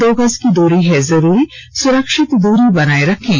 दो गज की दूरी है जरूरी सुरक्षित दूरी बनाए रखें